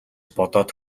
бодоод